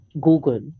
Google